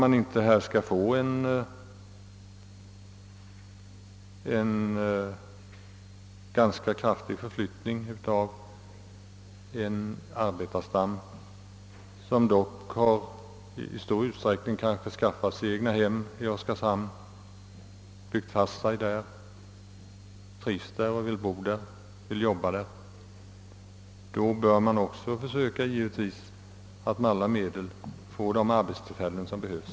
Annars får vi en kraftig utflyttning av en arbetarstam, som i stor utsträckning har skaffat sig egnahem i Oskarshamn, slagit rot där, trivs där och vill bo och arbeta där. Då bör vi givetvis också försöka med alla medel att skapa de arbetstillfällen som behövs.